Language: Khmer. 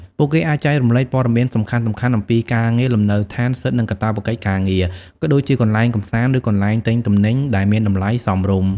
ពួកគេអាចចែករំលែកព័ត៌មានសំខាន់ៗអំពី ការងារ លំនៅឋាន សិទ្ធិ និងកាតព្វកិច្ចការងារ ក៏ដូចជាកន្លែងកម្សាន្ត ឬកន្លែងទិញទំនិញដែលមានតម្លៃសមរម្យ ។